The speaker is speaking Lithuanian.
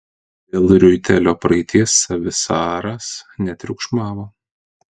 dėl riuitelio praeities savisaras netriukšmavo